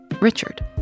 Richard